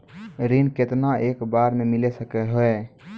ऋण केतना एक बार मैं मिल सके हेय?